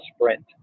sprint